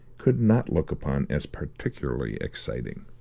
could not look upon as particularly exciting.